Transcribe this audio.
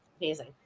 Amazing